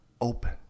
open